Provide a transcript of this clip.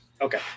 Okay